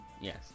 Yes